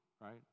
right